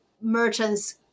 merchants